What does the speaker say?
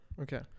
Okay